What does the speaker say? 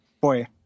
boy